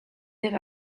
live